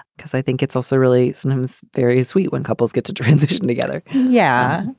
because i think it's also really looms very sweet when couples get to transition together yeah,